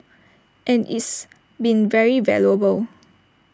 and it's been very valuable